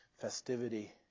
festivity